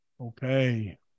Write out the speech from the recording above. Okay